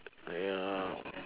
wait ah